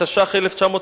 התש"ח 1948,